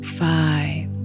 five